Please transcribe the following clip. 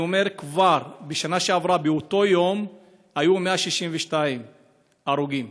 אני אומר כבר: בשנה שעברה באותו יום היו 162 הרוגים.